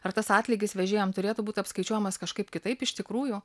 ar tas atlygis vežėjam turėtų būti apskaičiuojamas kažkaip kitaip iš tikrųjų